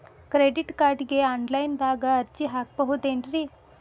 Credit ಕಾರ್ಡ್ಗೆ online ದಾಗ ಅರ್ಜಿ ಹಾಕ್ಬಹುದೇನ್ರಿ?